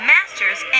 Masters